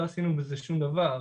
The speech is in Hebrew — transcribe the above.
לא עשינו בזה שום דבר.